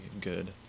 good